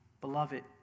Beloved